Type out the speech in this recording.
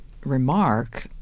remark